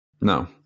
No